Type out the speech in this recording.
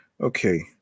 okay